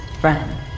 friend